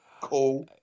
cool